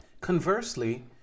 conversely